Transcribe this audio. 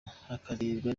hakarebwa